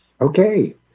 Okay